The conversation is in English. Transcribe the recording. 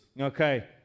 Okay